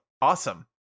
awesome